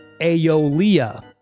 Aeolia